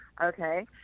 Okay